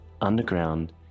underground